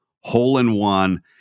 hole-in-one